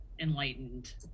enlightened